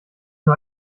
nur